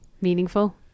meaningful